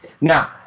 Now